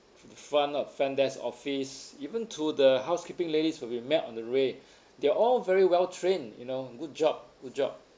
front uh front desk office even to the housekeeping ladies when we met on the way they are all very well-trained you know good job good job